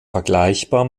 vergleichbar